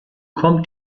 kommt